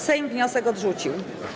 Sejm wniosek odrzucił.